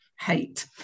hate